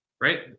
right